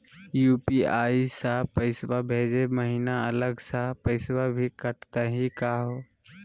UPI स पैसवा भेजै महिना अलग स पैसवा भी कटतही का हो?